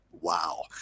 Wow